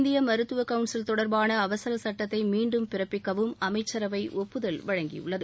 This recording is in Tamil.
இந்திய மருத்துவக் கவுன்சில் தொடர்பான அவசரச் சுட்டத்தை மீண்டும் பிறப்பிக்கவும் அமைச்சரவை ஒப்புதல் வழங்கியுள்ளது